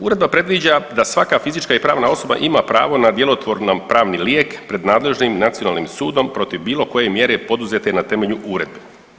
Uredba predviđa da svaka fizička i pravna osoba ima pravo na djelotvorno pravni lijek pred nadležnim nacionalnim sudom protiv bilo koje mjere poduzete na temelju uredbi.